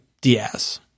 Diaz